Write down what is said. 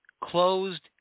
closed